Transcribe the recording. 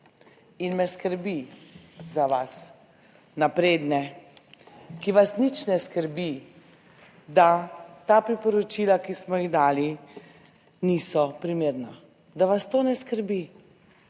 in me skrbi za vas napredne, ki vas nič ne skrbi, da ta priporočila, ki smo jih dali, niso primerna, da vas to ne skrbi,